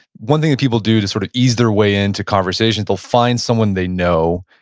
one thing that people do to sort of ease their way into conversation, they'll find someone they know,